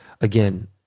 again